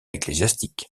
ecclésiastique